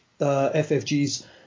FFG's